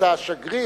את השגריר.